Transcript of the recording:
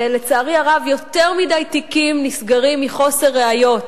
לצערי הרב, יותר מדי תיקים נסגרים מחוסר ראיות,